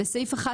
בסעיף 1